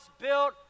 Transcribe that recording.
built